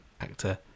actor